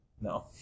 No